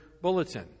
bulletin